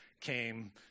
came